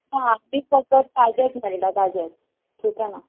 ना फकत ताजेंच मेळटा ताजेंच सुके ना